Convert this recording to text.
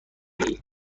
نمیگی